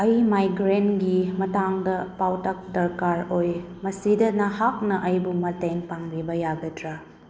ꯑꯩ ꯃꯥꯏꯒ꯭ꯔꯦꯟꯒꯤ ꯃꯇꯥꯡꯗ ꯄꯥꯎꯇꯥꯛ ꯗꯔꯀꯥꯔ ꯑꯣꯏ ꯃꯁꯤꯗ ꯅꯍꯥꯛꯅ ꯑꯩꯕꯨ ꯃꯇꯦꯡ ꯄꯥꯡꯕꯤꯕ ꯌꯥꯒꯗ꯭ꯔꯥ